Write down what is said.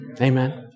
Amen